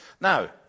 Now